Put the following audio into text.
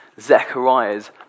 Zechariah's